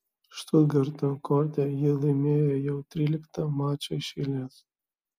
štutgarto korte ji laimėjo jau tryliktą mačą iš eilės